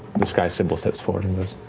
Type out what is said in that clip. the skysybil, steps forward and goes,